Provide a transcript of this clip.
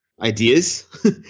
ideas